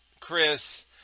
Chris